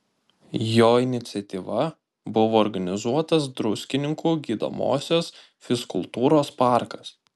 jo iniciatyva buvo organizuotas druskininkų gydomosios fizkultūros parkas